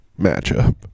Matchup